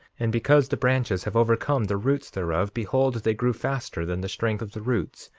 and because the branches have overcome the roots thereof, behold they grew faster than the strength of the roots,